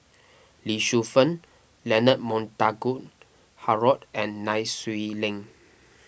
Lee Shu Fen Leonard Montague Harrod and Nai Swee Leng